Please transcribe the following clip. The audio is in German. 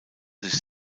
sich